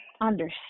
understand